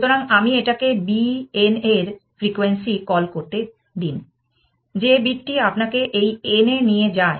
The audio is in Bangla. সুতরাং আমি এটাকে b n এর ফ্রিকোয়েন্সি কল করতে দিন যে বিটটি আপনাকে এই n এ নিয়ে যায়